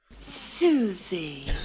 Susie